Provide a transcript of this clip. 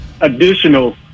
additional